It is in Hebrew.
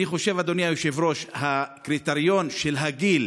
אני חושב, אדוני היושב-ראש, שהקריטריון של הגיל